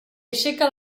aixeca